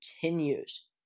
continues